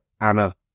Anna